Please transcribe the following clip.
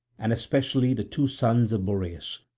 and especially the two sons of boreas.